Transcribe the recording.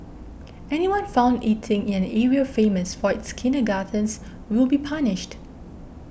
anyone found eating in an area famous for its kindergartens will be punished